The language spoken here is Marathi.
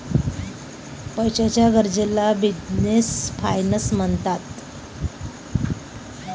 पैशाच्या गरजेला बिझनेस फायनान्स म्हणतात